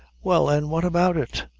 well, an' what about it?